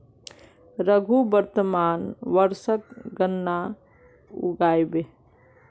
रघु वर्तमान वर्षत गन्ना उगाबे